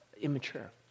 immature